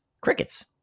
Crickets